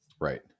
Right